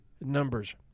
numbers